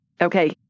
Okay